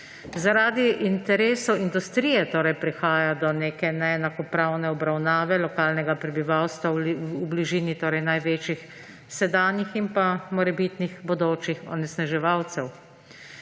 Zaradi interesov industrije torej prihaja do neke neenakopravne obravnave lokalnega prebivalstva v bližini največjih sedanjih in pa morebitnih bodočih onesnaževalcev.